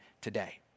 today